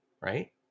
right